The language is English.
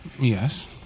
Yes